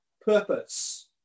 purpose